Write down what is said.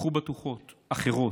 קחו בטוחות אחרות.